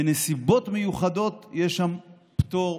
בנסיבות מיוחדות יש שם פטור,